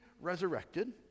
resurrected